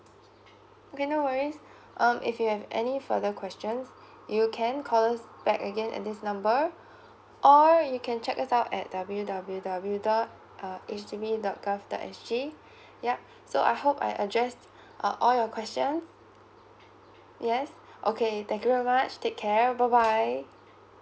okay no worries um if you have any further questions you can call us back again at this number or you can check us out at W W W dot uh H D B dot gov dot S G yup so I hope I address uh all your question yes okay thank you very much take care bye bye